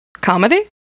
comedy